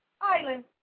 Island